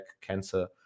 cancer